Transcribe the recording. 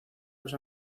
los